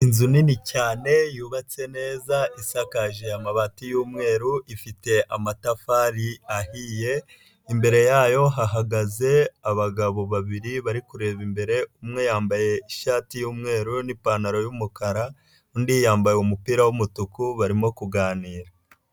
Inzu nini cyane yubatse neza isakaje amabati y'umweru, ifite amatafari ahiye, imbere yayo hahagaze abagabo babiri bari kureba imbere, umwe yambaye ishati y'umweru n'ipantaro y'umukara, undi yambaye umupira w'umutuku, barimo kuganira.